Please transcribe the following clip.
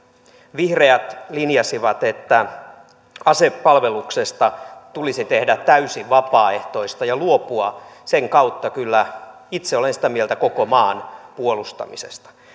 vihreät linjasivat että asepalveluksesta tulisi tehdä täysin vapaaehtoista ja luopua sen kautta kyllä itse olen sitä mieltä koko maan puolustamisesta